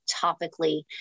topically